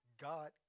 God